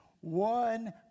One